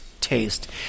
taste